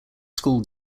school